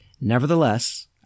Nevertheless